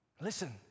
Listen